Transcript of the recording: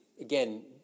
again